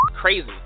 crazy